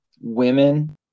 women